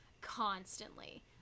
constantly